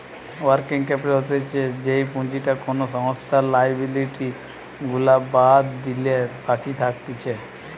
working capital হতিছে যেই পুঁজিটা কোনো সংস্থার লিয়াবিলিটি গুলা বাদ দিলে বাকি থাকতিছে